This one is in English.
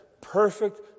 perfect